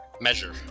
Measure